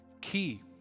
key